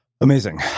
Amazing